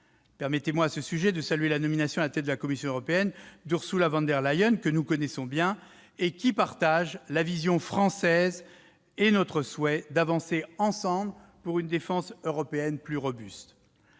permettez-moi de saluer la nomination, à la tête de la Commission européenne, d'Ursula von der Leyen, que nous connaissons bien. Elle partage la vision française, à savoir notre souhait d'avancer ensemble vers une défense européenne plus robuste.